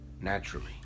naturally